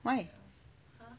why